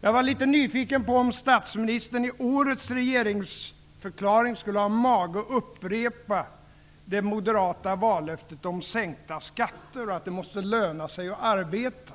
Jag var litet nyfiken på om statsministern i årets regeringsförklaring skulle ha mage att upprepa det moderata vallöftet om sänkta skatter och att det måste löna sig att arbeta.